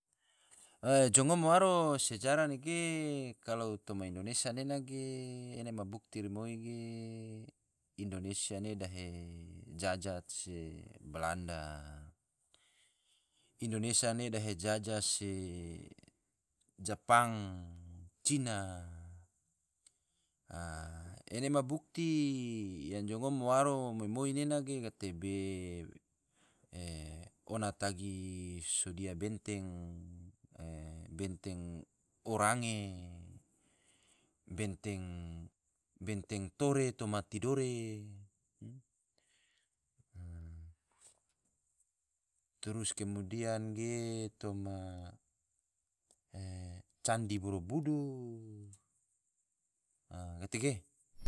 Oe jo ngom waro sejarah nege kalau toma indonesia nena ge ene ma bukti romoi ge, indonesia ne dahe jajah se balanda, indonesia ne dahe jajah se japang, cina, a ene ma bukti yang jo ngom waro moi-moi nena ge gatebe ona tagi sodia benteng orange, benteng tore toma tidore, trus kemudian ge toma candi borobudur. a gatege